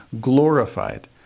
Glorified